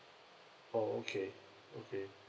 orh okay okay cool